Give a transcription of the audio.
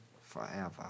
Forever